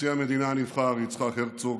נשיא המדינה הנבחר יצחק הרצוג,